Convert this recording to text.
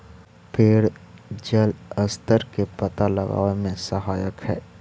पेड़ जलस्तर के पता लगावे में सहायक हई